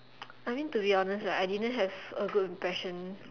I mean to be honest right I didn't have a good impression